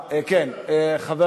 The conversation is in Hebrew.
בשל